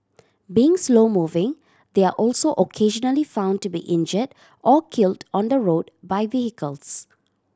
being slow moving they are also occasionally found to be injured or killed on the road by vehicles